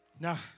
Now